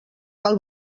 cal